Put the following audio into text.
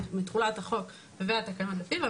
מתחולת החוק והתקנון לפיו,